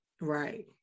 Right